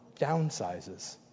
downsizes